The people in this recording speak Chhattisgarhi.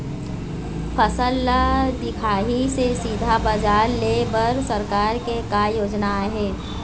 फसल ला दिखाही से सीधा बजार लेय बर सरकार के का योजना आहे?